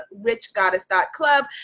richgoddess.club